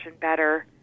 better